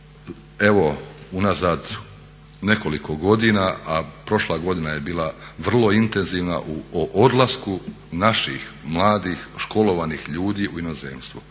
evo unazad nekoliko godina a prošla godina je bila vrlo intenzivna o odlasku naših mladih školovanih ljudi u inozemstvu.